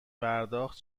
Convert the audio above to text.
پرداخت